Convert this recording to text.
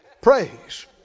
Praise